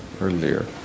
earlier